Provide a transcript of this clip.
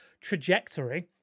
trajectory